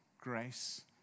grace